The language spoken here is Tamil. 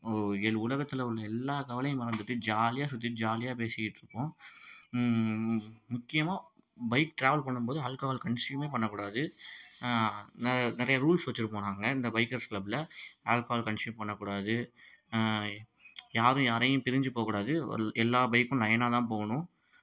ஒ எல் உலகத்தில் உள்ள எல்லா கவலையும் மறந்துவிட்டு ஜாலியாக சுற்றிட்டு ஜாலியாக பேசிக்கிட்டிருப்போம் முக்கியமாக பைக் ட்ராவல் பண்ணும்போது ஆல்கஹால் கன்ஸ்யூமே பண்ணக்கூடாது நெறைய நிறைய ரூல்ஸ் வைச்சுருப்போம் நாங்கள் இந்த பைக்கர்ஸ் க்ளப்பில் ஆல்கஹால் கன்ஸ்யூம் பண்ணக்கூடாது யாரும் யாரையும் பிரிஞ்சு போகக்கூடாது ஒ எல்லா பைக்கும் லைனாக தான் போகணும்